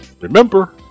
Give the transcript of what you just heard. remember